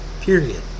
Period